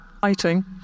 fighting